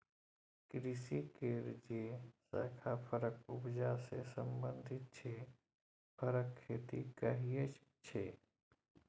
कृषि केर जे शाखा फरक उपजा सँ संबंधित छै फरक खेती कहाइ छै